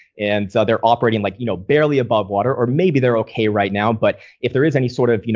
and so they're operating like, you know, barely above water. or maybe they're okay right now. but if there is any sort of, you know